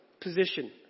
position